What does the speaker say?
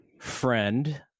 friend